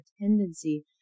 tendency